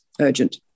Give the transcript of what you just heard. urgent